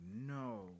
no